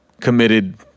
committed